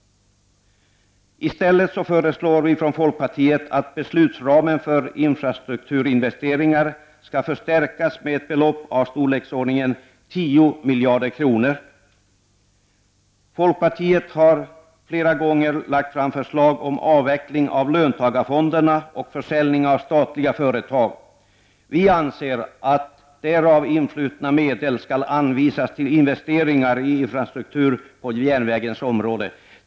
I stället föreslår folkpartiet att beslutsramen för infrastrukturinvesteringar skall förstärkas med ett belopp i storleksordningen 10 miljarder kronor. Folkpartiet har flera gånger lagt fram förslag om avveckling av löntagarfonderna och försäljning av statliga företag. Vi anser att därav influtna medel skulle anvisas till investeringar i infrastruktur på järnvägens område.